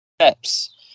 steps